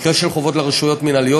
במקרה של חובות לרשויות מינהליות,